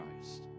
Christ